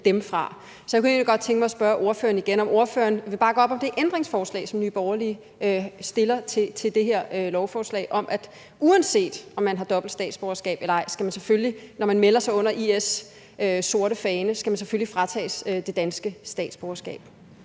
dem fra. Så jeg kunne egentlig godt tænke mig at spørge ordføreren igen, om ordføreren vil bakke op om det ændringsforslag, som Nye Borgerlige stiller til det her lovforslag, om, at man, uanset om man har dobbelt statsborgerskab eller ej, selvfølgelig skal fratages det danske statsborgerskab,